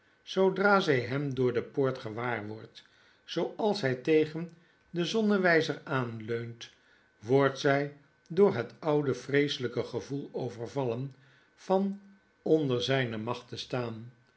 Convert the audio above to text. zoodra zy hem door de poort gewaar wordt zooals hij tegen den zonnewijzer aanleunt wordt zfl door het oude vreeselgke gevoel overvallen van onder zyne macht te staan